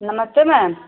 नमस्ते मैम